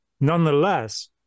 nonetheless